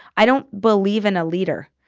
i don't believe in a leader.